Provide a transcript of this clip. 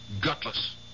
Gutless